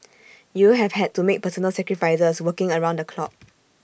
you have had to make personal sacrifices working around the clock